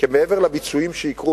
כי מעבר לביצועים שיקרו,